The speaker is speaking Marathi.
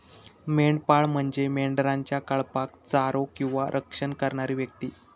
मेंढपाळ म्हणजे मेंढरांच्या कळपाक चारो किंवा रक्षण करणारी व्यक्ती